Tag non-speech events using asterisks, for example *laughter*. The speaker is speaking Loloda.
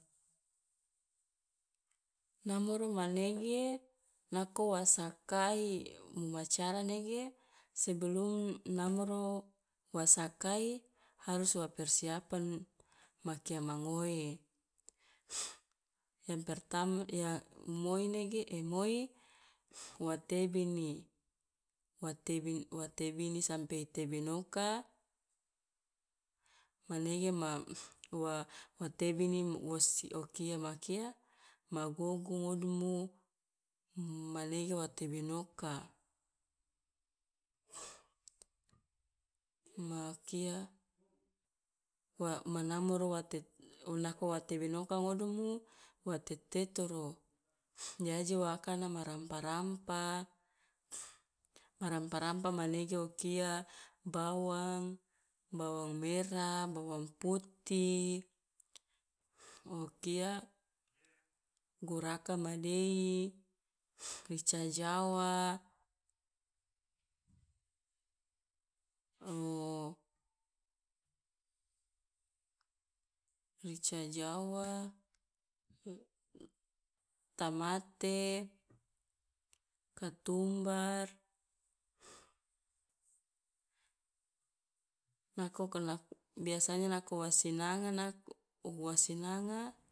Namoro manege nako wa sakai ma cara nege sebelum namoro wa sakai harus wa persiapan ma kia ma ngoe *noise* yang pertama ya moi nege moi wa tebini, wa tebin wa tebini sampe i tebinoka manege ma *noise* wa wa tebini wosi o kia ma kia? Ma gogu ngodumu, manege wa tebinoka *noise* ma kia wa ma namoro wa tet- wa tebinoka ngodumu wa tetetoro *noise* de aje wa akana ma rampa rampa *noise* ma rampa rampa manege o kia bawang, bawang merah, bawang putih, o kia guraka madei *noise* rica jawa, *hesitation* rica jawa, tamate, katumbar, nakoka nak- biasanya nako wa sinanga nak- wo sinanga